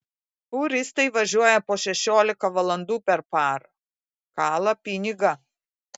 fūristai važiuoja po šešiolika valandų per parą kala pinigą